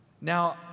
Now